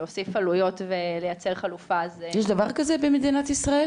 להוסיף עלויות ולייצר חלופה זה --- יש דבר כזה במדינת ישראל?